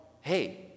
hey